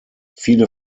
viele